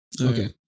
Okay